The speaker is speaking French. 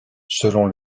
selon